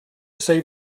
save